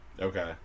Okay